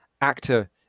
actor